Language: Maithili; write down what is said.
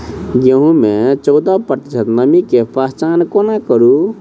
गेंहूँ मे चौदह प्रतिशत नमी केँ पहचान कोना करू?